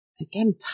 again